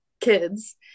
kids